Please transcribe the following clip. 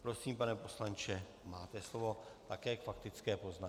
Prosím, pane poslanče, máte slovo také k faktické poznámce.